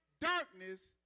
darkness